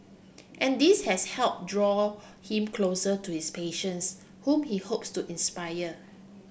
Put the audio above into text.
and this has helped draw him closer to his patients whom he hopes to inspire